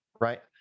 right